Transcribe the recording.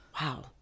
wow